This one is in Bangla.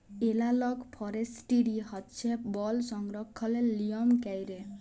এলালগ ফরেস্টিরি হছে বল সংরক্ষলের লিয়ম ক্যইরে